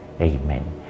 Amen